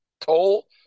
Toll